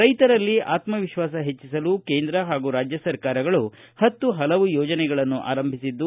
ರೈತರಲ್ಲಿ ಆತ್ಮವಿಶ್ವಾಸ ಹೆಚ್ಚಿಸಲು ಕೇಂದ್ರ ಹಾಗೂ ರಾಜ್ಯ ಸರಕಾರಗಳು ಪತ್ತು ಪಲವು ಯೋಜನೆಗಳನ್ನು ಆರಂಭಿಸಿದ್ದು